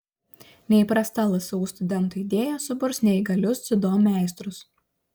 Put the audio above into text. neįprasta lsu studentų idėja suburs neįgalius dziudo meistrus